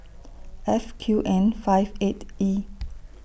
F Q N five eight E